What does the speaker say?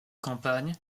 campagne